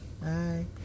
Bye